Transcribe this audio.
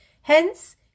Hence